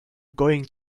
going